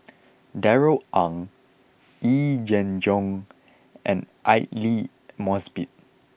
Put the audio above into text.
Darrell Ang Yee Jenn Jong and Aidli Mosbit